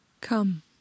Come